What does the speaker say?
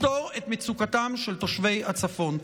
לפתור את מצוקתם של תושבי הצפון.